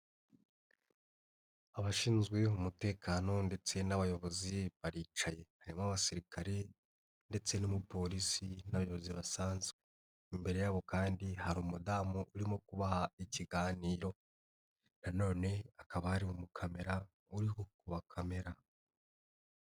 Abashinzwe umutekano ndetse n'abayobozi baricaye. Harimo abasirikare ndetse n'umupolisi n'abayobozi basanzwe. Imbere yabo kandi hari umudamu urimo kubaha ikiganiro nano hakaba hari umukamera uri kubakamera.